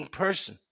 person